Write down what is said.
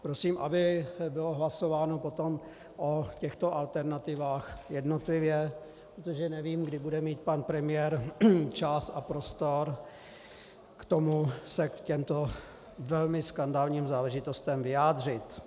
Prosím, aby bylo hlasováno potom o těchto alternativách jednotlivě, protože nevím, kdy bude mít pan premiér čas a prostor k tomu se k těmto velmi skandálním záležitostem vyjádřit.